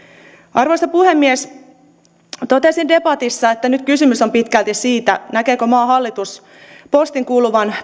arvoisa puhemies totesin debatissa että nyt kysymys on pitkälti siitä näkeekö maan hallitus postin kuuluvan